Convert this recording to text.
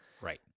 Right